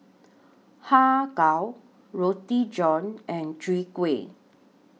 Har Kow Roti John and Chwee Kueh